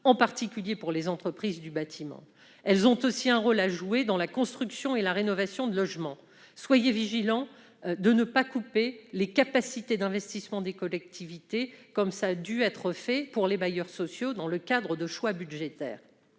en particulier pour les entreprises du bâtiment. Elles ont aussi un rôle à jouer dans la construction et la rénovation de logements. Soyez vigilant à ne pas couper les capacités d'investissement des collectivités, comme vous l'avez fait pour les bailleurs sociaux dans le cadre de choix budgétaires.